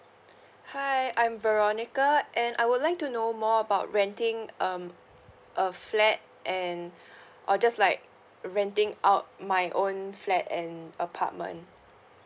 hi I'm veronica and I would like to know more about renting um a flat and I'll just like renting out my own flat an apartment